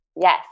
Yes